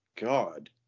god